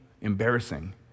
embarrassing